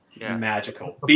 Magical